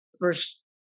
first